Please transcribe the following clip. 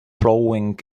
plowing